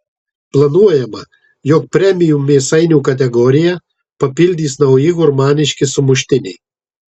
planuojama jog premium mėsainių kategoriją papildys nauji gurmaniški sumuštiniai